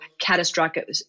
catastrophic